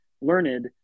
learned